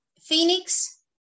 phoenix